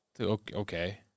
Okay